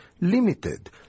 limited